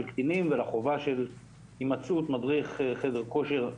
קטינים ולחובה של הימצאות מדריך חדר כושר,